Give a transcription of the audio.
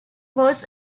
was